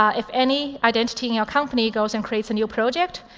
ah if any identity in your company goes and creates a new project,